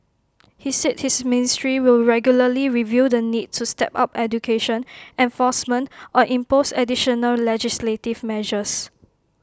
he said his ministry will regularly review the need to step up education enforcement or impose additional legislative measures